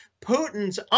Putin's